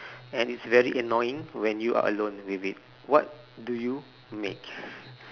and it's very annoying when you are alone with it what do you make